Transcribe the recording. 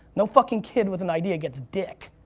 no fucking kid with an idea gets dick.